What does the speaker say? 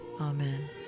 Amen